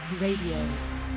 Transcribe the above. Radio